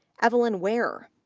evelyn ware,